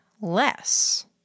less